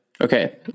Okay